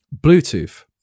Bluetooth